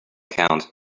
count